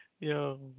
Yo